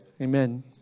Amen